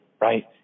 right